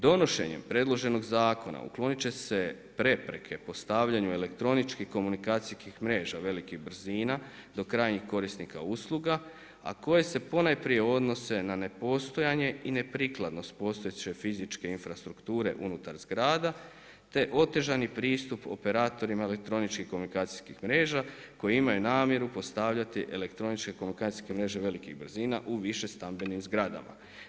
Donošenjem predloženog zakona uklonit će se prepreke postavljanju elektroničkih komunikacijskih mreža velikih brzina do krajnjih korisnika usluga, a koje se ponajprije odnose na nepostojanje i neprikladnost postojeće fizičke infrastrukture unutar zgrada, te otežani pristup operatorima elektroničkih komunikacijskih mreža koje imaju namjeru postavljati elektroničke komunikacijske mreže velikih brzina u više stambenim zgradama.